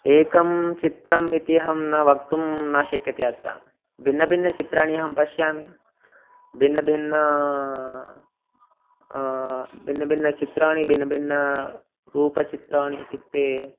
एकं चित्रम् इति अहं न वक्तुं न शक्यते अत्र भिन्नभिन्नचित्राणि अहं पश्यामि भिन्नभिन्नानि भिन्नभिन्नचित्राणि भिन्नभिन्नरूपचित्राणि इत्युक्ते